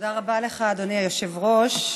היושב-ראש.